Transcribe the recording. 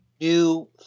new